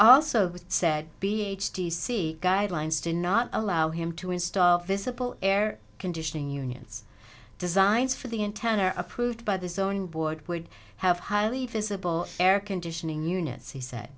also said b h t c guidelines to not allow him to install visible air conditioning unions designs for the in town are approved by the zoning board would have highly visible air conditioning units he said